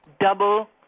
double